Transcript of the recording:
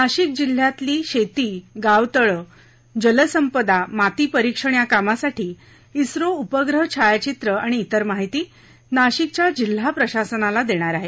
नाशिक जिल्ह्यातली शेती गाव तळं जलसंपदा माती परीक्षण या कामासाठी इसरो उपग्रह छायाचित्रं आणि इतर माहिती नाशिकच्या जिल्हा प्रशासनाला देणार आहेत